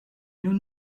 nous